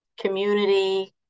community